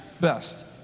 best